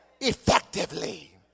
effectively